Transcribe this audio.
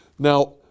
Now